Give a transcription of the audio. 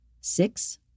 six